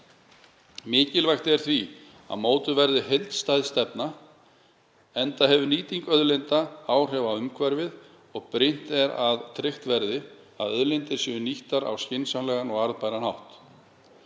Mikilvægt er því að mótuð verði heildstæðari stefna enda hefur nýting auðlinda áhrif á umhverfið og brýnt er að tryggt verði að auðlindir séu nýttar á skynsamlegan og arðbæran hátt.